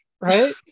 right